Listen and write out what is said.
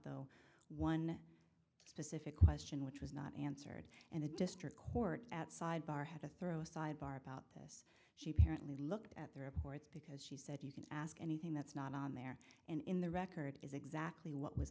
though one pacific question which was not answered and the district court outside bar had to throw a sidebar about this she apparently looked at the reports because she said you can ask anything that's not on there and in the record is exactly what was